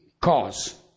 Cause